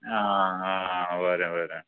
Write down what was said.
आं बरें बरें